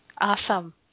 awesome